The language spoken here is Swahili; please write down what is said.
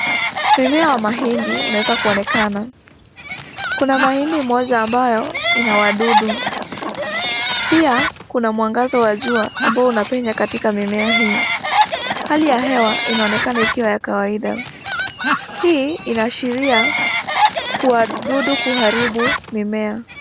Mmea wa mahindi unaweza kuonekanana. Kuna mahindi moja ambayo inaqadudu. Pia kuna mwangaza wa jua ambao unapenya katika mimea hii. Hali ya hewa inaonekana ikiwa ya kawaida. Hii inaashiria kuwa wadudu kuharibu mimea.